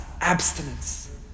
abstinence